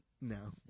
No